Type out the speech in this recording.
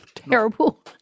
terrible